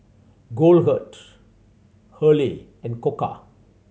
Goldheart Hurley and Koka